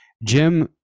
Jim